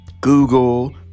Google